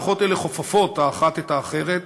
מערכות אלו חופפות האחת את האחרת,